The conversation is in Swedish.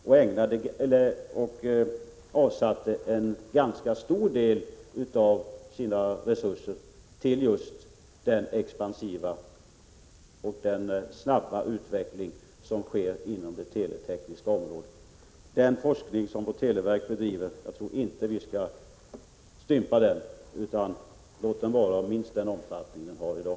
De avsatte en ganska stor del av sina resurser för just den expansiva och snabba utvecklingen inom det teletekniska området. Den forskning som det svenska televerket bedriver skall vi inte stympa, utan den bör vara kvar i minst den omfattning som den har i dag.